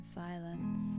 silence